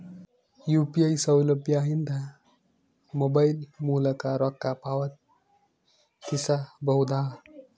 UPI ಸೌಲಭ್ಯ ಇಂದ mobile ಮೂಲಕ ರೊಕ್ಕ ಪಾವತಿಸ ಬಹುದಾ?